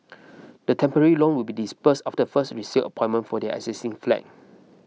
the temporary loan will be disbursed after the first resale appointment for their existing flat